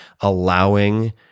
allowing